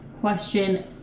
Question